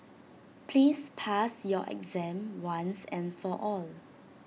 please pass your exam once and for all